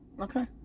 Okay